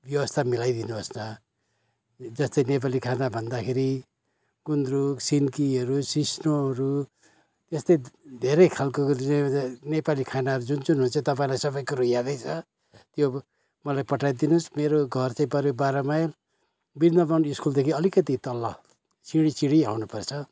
व्यवस्था मिलाइ दिनुहोस् न जस्तै नेपाली खाना भन्दाखेरि गुन्द्रुक सिन्कीहरू सिस्नुहरू त्यस्तै धेरै खालको नेपाली खाना जुन जुन हुन्छ तपाईँलाई सबै कुरो यादै छ त्यो मलाई पठाइ दिनुहोस् मेरो घर चाहिँ पऱ्यो बाह्र माइल वृन्दावन स्कुलदेखि अलिकति तल सिँढी सिँढी आउनुपर्छ